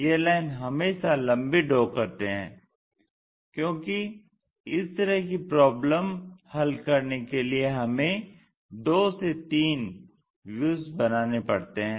यह लाइन हमेशा लम्बी ड्रा करते हैं क्योंकि इस तरह कि प्रॉब्लम हल करने के लिए हमें 2 3 व्यूज बनाने पड़ते हैं